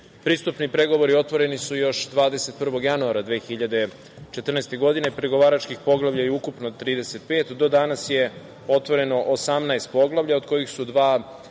Pristupni pregovori otvoreni su još 21. januara 2014. godine. Pregovaračkih poglavlja je ukupno 35. Do danas je otvoreno 18 poglavlja, od kojih su dva